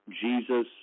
Jesus